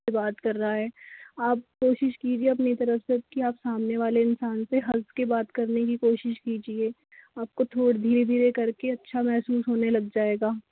बात कर रहा है आप कोशिश कीजिये अपनी तरफ से की आप सामने वाले इंसान से हंस के बात करने की कोशिश कीजिये आप को थो धीरे धीरे करके अच्छा महसूस होने लग जाएगा